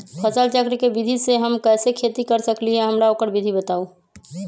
फसल चक्र के विधि से हम कैसे खेती कर सकलि ह हमरा ओकर विधि बताउ?